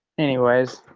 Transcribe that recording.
anyways,